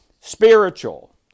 spiritual